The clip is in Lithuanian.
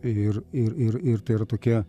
ir ir ir ir tai yra tokia